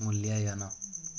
ମୂଲ୍ୟାୟନ